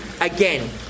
again